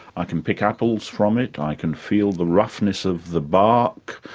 i can pick apples from it, i can feel the roughness of the bark,